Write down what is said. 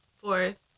Fourth